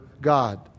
God